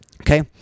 okay